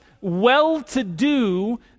well-to-do